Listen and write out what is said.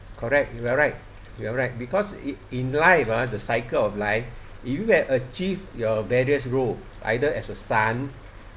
correct you are right you are right because in in life ah the cycle of life you have achieve your various role either as a son